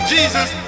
Jesus